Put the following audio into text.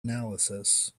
analysis